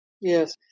Yes